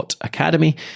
.academy